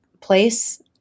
place